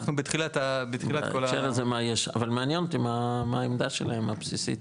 אנחנו בתחילת כל ה- אבל מעניין אותי מה העמדה שלהם הבסיסית,